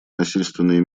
насильственные